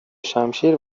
شمشیر